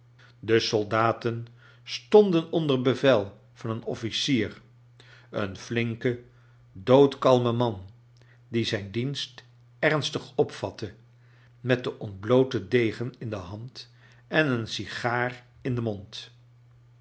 de soldaten stonden onder bevel van een officier een flinken doodkalmen man die zijn dienst ernstig opvatte met den ontblooten degen in de hand en een sigaar in den mond